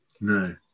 No